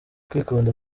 kwikunda